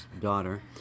daughter